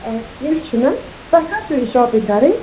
اَدٕ کیٚنٛہہ چھُنہٕ تۄہہِ کر چھُو یہِ شاپِنٛگ کَرٕنۍ